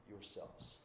yourselves